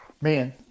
man